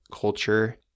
culture